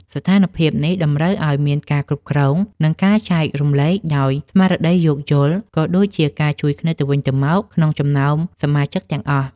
ស្ថានភាពនេះតម្រូវឱ្យមានការគ្រប់គ្រង និងការចែករំលែកដោយស្មារតីយោគយល់ ក៏ដូចជាការជួយគ្នាទៅវិញទៅមកក្នុងចំណោមសមាជិកទាំងអស់។